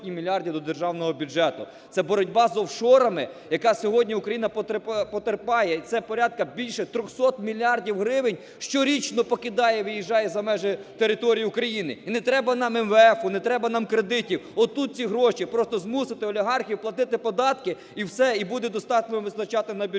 це боротьба з офшорами, яка сьогодні Україна потерпає і це порядку більше 300 мільярдів гривень щорічно покидає, виїжджає за межі території України. І не треба нам МВФ, не треба нам кредитів, отут ці гроші. Просто змусити олігархів платити податки і все, і буде достатньо вистачати на бюджет